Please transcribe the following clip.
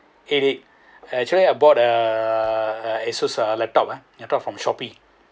it is actually I bought uh Asus uh laptop uh laptop from Shopee